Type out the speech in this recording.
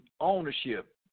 ownership